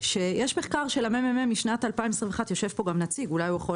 שיש מחקר של הממ"מ משנת 2021 יושב פה נציג מהממ"מ ואולי הוא יכול